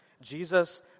Jesus